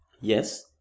yes